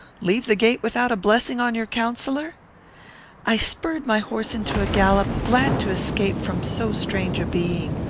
leave the gate without a blessing on your counsellor i spurred my horse into a gallop, glad to escape from so strange a being.